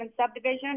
Subdivision